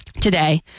today